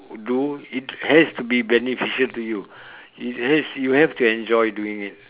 do it has to be beneficial to you it has you have to enjoy doing it